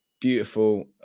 beautiful